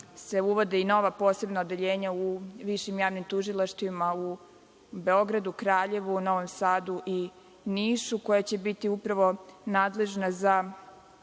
se uvode i nova posebna odeljenja u višim javnim tužilaštvima u Beogradu, Kraljevu, Novom Sadu i Nišu, koja će biti upravo nadležna za